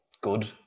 good